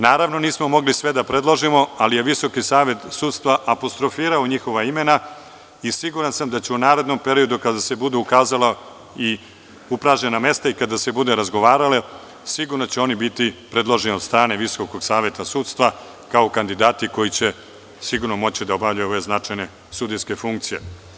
Naravno, nismo mogli sve da predložimo, ali je VSS apostrofirao njihova imena i siguran sam da će u narednom periodu kada se bude ukazala i upražnjena mesta i kada se bude razgovaralo, sigurno će oni biti predloženi od strane VSS kao kandidati koji će sigurno moći da obavljaju ove značajne sudijske funkcije.